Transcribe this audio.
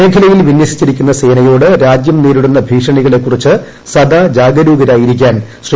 മേഖലയിൽ വിന്യസിച്ചിരിക്കുന്ന സേനയോട് രാജ്യം നേരിടുന്ന ഭീഷണികളെക്കുറിച്ച് സദാ ജാഗരൂഗരായിരിക്കാൻ ശ്രീ